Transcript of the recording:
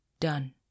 done